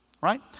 Right